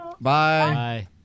Bye